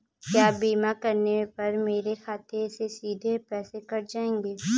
क्या बीमा करने पर मेरे खाते से सीधे पैसे कट जाएंगे?